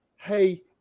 hey